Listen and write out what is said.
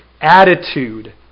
attitude